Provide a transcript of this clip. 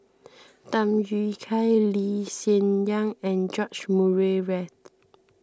Tham Yui Kai Lee Hsien Yang and George Murray Reith